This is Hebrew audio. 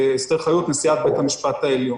נשיאת בית המשפט העליון.